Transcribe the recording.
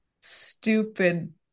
stupid